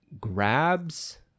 grabs